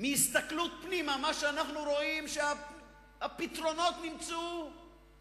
מהסתכלות פנימה אנחנו רואים שהפתרונות נמצאו